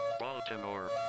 Baltimore